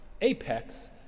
apex